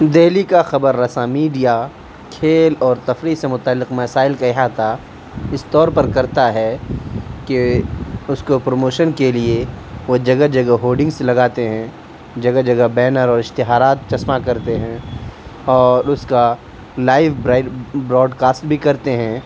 دہلی کا خبر رساں میڈیا کھیل اور تفریح سے متعلق مسائل کا احاطہ اِس طور پر کرتا ہے کہ اُس کو پروموشن کے لیے وہ جگہ جگہ ہورڈنگس لگاتے ہیں جگہ جگہ بینر اور اشتہارات چسپاں کرتے ہیں اور اُس کا لائیو براڈ کاسٹ بھی کرتے ہیں